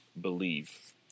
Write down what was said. Believe